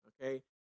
okay